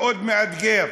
מאוד מאתגר,